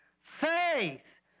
faith